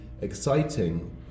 exciting